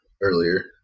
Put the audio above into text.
earlier